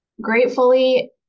gratefully